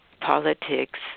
politics